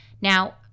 Now